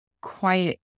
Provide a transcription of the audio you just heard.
quiet